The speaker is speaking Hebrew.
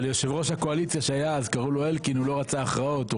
אבל יושב ראש הקואליציה שהיה אז קראו לו אלקין והוא לא רצה הכרעות.